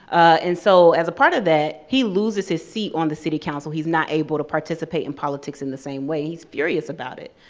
and so as a part of that, he loses his seat on the city council. he's not able to participate in politics in the same way. he's furious about it.